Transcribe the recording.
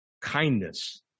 kindness